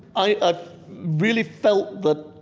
i really felt that